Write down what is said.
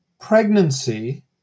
Pregnancy